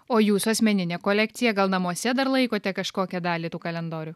o jūsų asmeninė kolekcija gal namuose dar laikote kažkokią dalį tų kalendorių